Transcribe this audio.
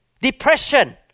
Depression